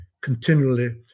continually